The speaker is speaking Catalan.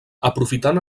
aprofitant